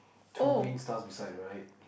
two green stars beside the right